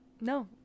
no